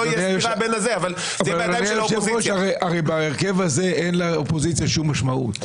אבל הרי בהרכב הזה אין לאופוזיציה שום משמעות.